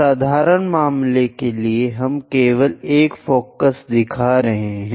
साधारण मामले के लिए हम केवल एक फोकस दिखा रहे हैं